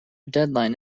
deadline